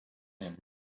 him